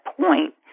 point